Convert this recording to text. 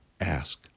Ask